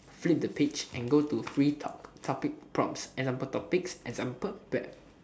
flip the page and go to free talk topic prompts example topics example par~